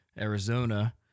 Arizona